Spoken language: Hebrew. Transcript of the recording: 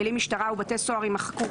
המילים "משטרה ובתי סוהר" יימחקו,